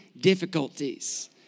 difficulties